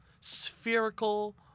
spherical